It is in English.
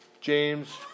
James